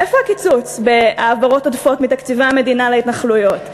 איפה הקיצוץ בהעברות עודפות מתקציבי המדינה להתנחלויות,